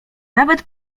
nawet